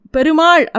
Perumal